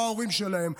לא ההורים שלהם.